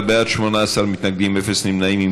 29 בעד, 18 מתנגדים, אפס נמנעים.